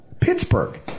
Pittsburgh